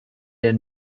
der